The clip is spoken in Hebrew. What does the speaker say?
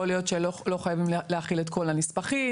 יכול להיות שלא חייבים להכיל את כל הנספחים,